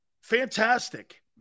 Fantastic